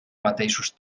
mateixos